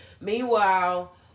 meanwhile